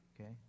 Okay